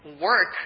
work